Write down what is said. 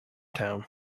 town